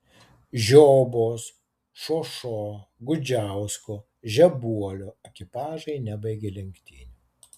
žiobos šošo gudžiausko žebuolio ekipažai nebaigė lenktynių